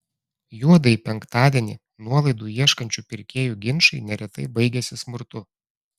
juodąjį penktadienį nuolaidų ieškančių pirkėjų ginčai neretai baigiasi smurtu